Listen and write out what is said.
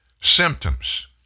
symptoms